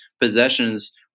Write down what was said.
possessions